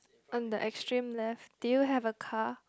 on the extreme left do you have a car